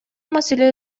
маселе